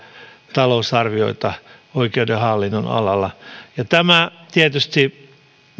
talousarvioita oikeuden hallinnonalalla tämä tietysti